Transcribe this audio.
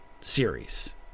series